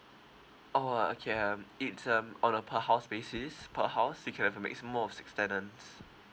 oh okay um it's um on a per house basis per house you can have a maximum of six tenants